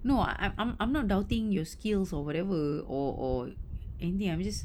no i~ I'm I'm not doubting your skills or whatever or or anything I'm just